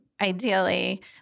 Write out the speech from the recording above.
ideally